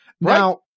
Now